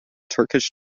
turkish